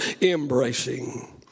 embracing